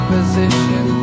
Position